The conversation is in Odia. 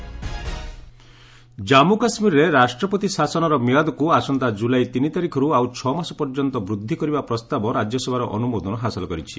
ଜେ ଆଣ୍ଡ କେ ବିଲ୍ ଜାମ୍ପ କାଶ୍ରୀରରେ ରାଷ୍ଟପତି ଶାସନର ମିଆଦକୁ ଆସନ୍ତା ଜୁଲାଇ ତିନି ତାରିଖର୍ ଆଉ ଛଅ ମାସ ପର୍ଯ୍ୟନ୍ତ ବୃଦ୍ଧି କରିବା ପ୍ରସ୍ତାବ ରାଜ୍ୟସଭାର ଅନୁମୋଦନ ହାସଲ କରିଛି